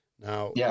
Now